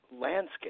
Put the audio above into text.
landscape